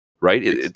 Right